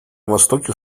востоке